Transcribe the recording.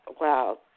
wow